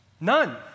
None